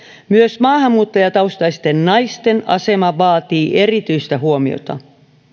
myös maahanmuuttajataustaisten naisten asema vaatii erityistä huomiota